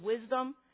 wisdom